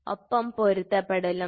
ഒപ്പം പൊരുത്തപ്പെടുത്തലും